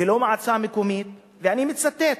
ולא מועצה מקומית, ואני מצטט,